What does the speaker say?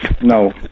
No